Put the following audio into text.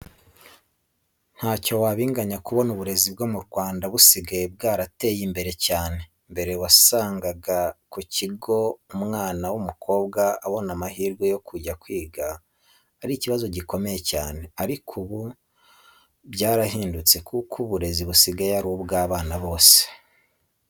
Ntacyo wabinganya kubona uburezi bwo mu Rwanda busigaye bwarateye imbere cyane. Mbere wasanga kugira ngo umwana w'umukobwa abone amahirwe yo kujya kwiga ari ikibazo gikomeye cyane, ariko ubu ngubu byarahindutse kuko uburezi busigaye ari ubw'abana bose.